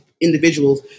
individuals